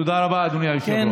תודה רבה, אדוני היושב-ראש.